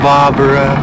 Barbara